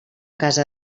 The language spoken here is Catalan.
casa